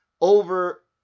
over